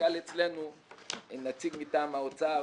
והסמנכ"ל אצלנו עם נציג מטעם האוצר,